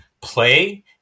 play